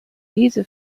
diese